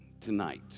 tonight